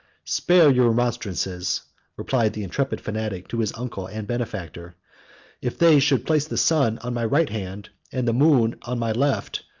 spare your remonstrances, replied the intrepid fanatic to his uncle and benefactor if they should place the sun on my right hand, and the moon on my left,